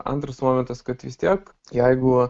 antras momentas kad vis tiek jeigu